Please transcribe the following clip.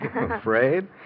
Afraid